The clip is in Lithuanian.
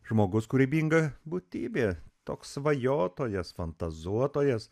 žmogus kūrybinga būtybė toks svajotojas fantazuotojas